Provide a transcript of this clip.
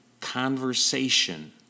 conversation